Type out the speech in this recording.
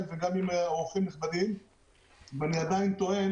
וגם עם אורחים נכבדים ואני עדיין טוען